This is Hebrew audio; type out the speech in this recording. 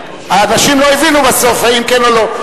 האנשים לא הבינו בסוף האם כן או לא.